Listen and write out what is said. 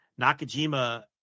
Nakajima